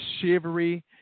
shivery